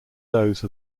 those